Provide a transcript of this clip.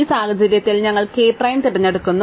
ഈ സാഹചര്യത്തിൽ ഞങ്ങൾ k പ്രൈം തിരഞ്ഞെടുക്കുന്നു